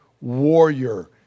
warrior